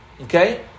okay